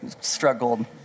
Struggled